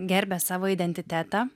gerbia savo identitetą